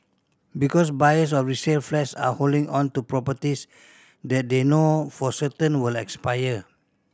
because buyers of resale flats are holding on to properties that they know for certain will expire